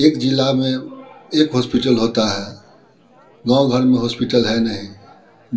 एक ज़िले में एक हॉस्पिटल होता है गाँव घर में हॉस्पिटल है नहीं